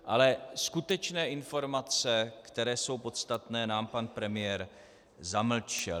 Ale skutečné informace, které jsou podstatné, nám pan premiér zamlčel.